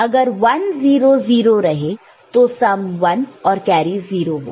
अगर 1 0 0 रहे तो सम 1 और कैरी 0 होगा